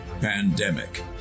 pandemic